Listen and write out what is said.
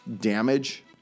damage